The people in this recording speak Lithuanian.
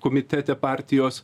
komitete partijos